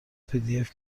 pdf